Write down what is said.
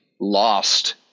lost